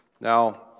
Now